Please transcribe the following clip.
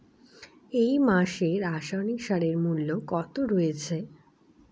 এই মাসে রাসায়নিক সারের মূল্য কত রয়েছে?